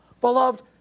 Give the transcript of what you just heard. beloved